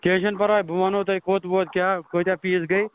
کیٚںٛہہ چھُنہٕ پَرواے بہٕ وَنہو تۄہہِ کوٚت ووت کیٛاہ کٲتیٛاہ پیٖس گٔے